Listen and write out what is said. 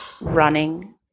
running